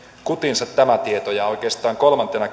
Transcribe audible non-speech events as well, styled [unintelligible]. kutinsa oikeastaan kolmantena [unintelligible]